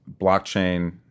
blockchain